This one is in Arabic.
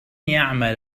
يعمل